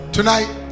Tonight